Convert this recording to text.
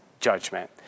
judgment